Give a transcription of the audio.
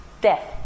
Death